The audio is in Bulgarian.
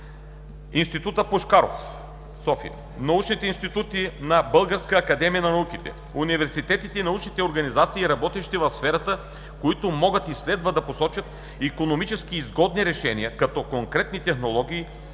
„Никола Пушкаров“, София; научните институти на Българската академия на науките, университетите и научните организации, работещи в тази сфера, които могат и следва да посочат икономически изгодни решения като конкретни технологии